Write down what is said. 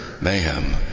mayhem